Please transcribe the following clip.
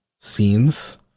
scenes